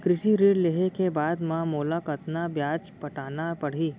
कृषि ऋण लेहे के बाद म मोला कतना ब्याज पटाना पड़ही?